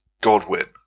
Godwin